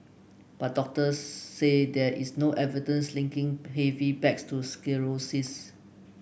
but doctors say there is no evidence linking heavy bags to scoliosis